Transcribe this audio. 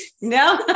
No